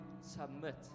submit